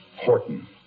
Horton